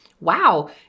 wow